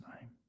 name